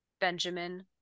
Benjamin